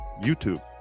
youtube